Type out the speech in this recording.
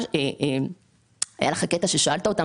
בדיון